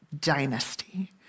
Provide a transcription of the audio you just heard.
dynasty